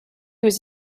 was